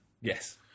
Yes